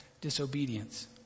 disobedience